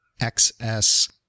XS